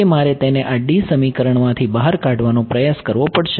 તેથી જો કે મારે તેને આ સમીકરણમાંથી બહાર કાઢવાનો પ્રયાસ કરવો પડશે